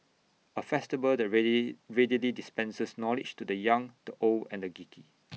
A festival that ready readily dispenses knowledge to the young the old and the geeky